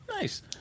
Nice